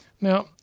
Now